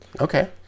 Okay